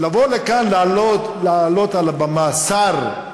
לבוא לכאן, לעלות על הבמה, שר,